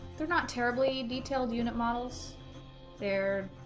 they're not terribly detailed unit models they're